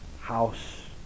house